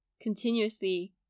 continuously